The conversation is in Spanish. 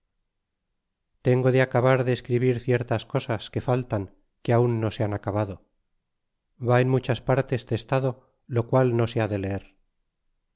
tengo de acabar de escribir ciertas cosas que faltan que aun no se han acabado va en muchas partes testado lo qual no se ha de leer